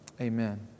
Amen